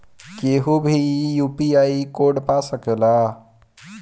केहू भी UPI code पा सकेला?